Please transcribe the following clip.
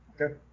Okay